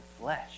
flesh